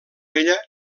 ella